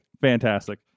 Fantastic